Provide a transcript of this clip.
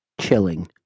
Chilling